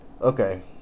Okay